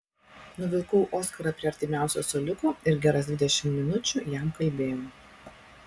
nuvilkau oskarą prie artimiausio suoliuko ir geras dvidešimt minučių jam kalbėjau